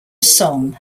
song